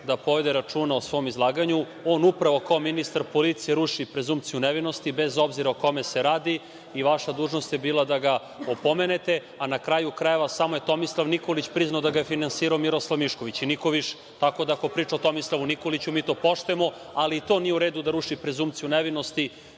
da povede računa o svom izlaganju. On upravo, kao ministar policije, ruši prezumpciju nevinosti, bez obzira o kome se radi i vaša dužnost je bila da ga opomene, a na kraju krajeva, samo je Tomislav Nikolić priznao da ga je finansirao Miroslav Mišković i niko više. Ako pričate o Tomislavu Nikoliću, mi to poštujemo, ali nije u redu da ruši prezumpciju nevinosti